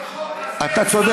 את החוק הזה אתה למדת